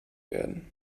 werden